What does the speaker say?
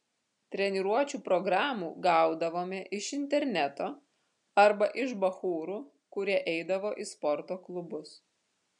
treniruočių programų gaudavome iš interneto arba iš bachūrų kurie eidavo į sporto klubus